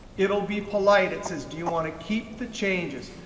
it'll be polite. it says, do you want to keep the changes?